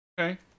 Okay